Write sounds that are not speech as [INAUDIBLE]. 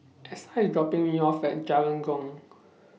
[NOISE] Essa IS dropping Me off At Jalan Jong